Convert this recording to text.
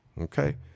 Okay